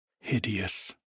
hideous